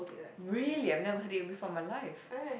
really I've never heard it before in my life